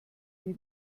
die